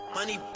Money